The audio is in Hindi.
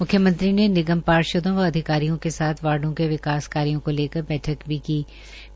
म्ख्यमंत्री ने निगम पार्षदो व अधिकारियों के साथ वार्डो के विकास कार्यो को लकर बैठक भी कीह